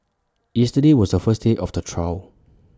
yesterday was A first day of the trial